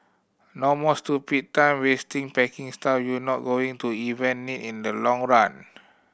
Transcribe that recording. no more stupid time wasting packing stuff you're not going to even need in the long run